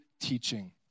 teaching